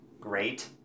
great